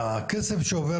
הכסף שעובר